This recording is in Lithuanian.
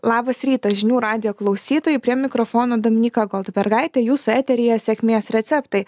labas rytas žinių radijo klausytojai prie mikrofono dominyka goldbergaitė jūsų eteryje sėkmės receptai